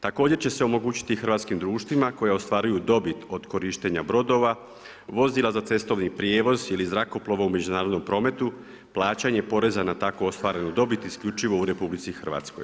Također će se omogućiti i hrvatskim društvima koja ostvaruju dobit od korištenja brodova, vozila za cestovni prijevoz ili zrakoplova u međunarodnom prometu, plaćanje poreza na tako ostvarenu dobit isključivo u RH.